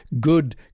good